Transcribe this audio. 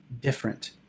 different